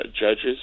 judges